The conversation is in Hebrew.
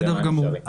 בסדר גמור.